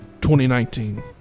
2019